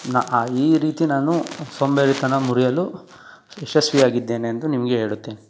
ನಾ ಈ ರೀತಿ ನಾನು ಸೋಂಬೇರಿತನ ಮುರಿಯಲು ಯಶಸ್ವಿ ಆಗಿದ್ದೇನೆಂದು ನಿಮಗೆ ಹೇಳುತ್ತೇನೆ